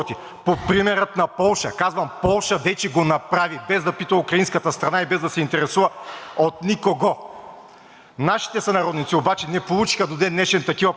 Нашите сънародници обаче не получиха до ден днешен такива паспорти. Бежанците, които са в Гурково, бяха принудени на всеки шест месеца да ходят обратно, минавайки няколко граници, да получат шестмесечна виза